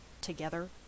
together